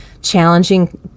challenging